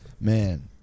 man